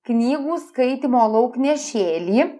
knygų skaitymo lauknešėlį